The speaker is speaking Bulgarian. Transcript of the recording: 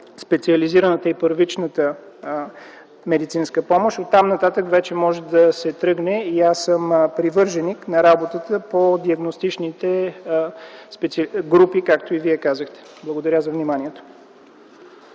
специализираната и първичната медицинска помощ, оттам нататък вече може да се тръгне. Аз съм привърженик на работата по диагностичните групи, както и Вие казахте. Благодаря за вниманието.